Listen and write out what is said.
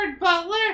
Butler